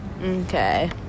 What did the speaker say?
Okay